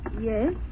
Yes